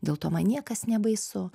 dėl to man niekas nebaisu